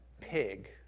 Pig